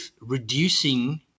reducing